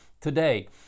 Today